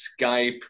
Skype